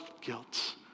guilt